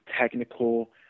technical